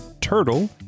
Turtle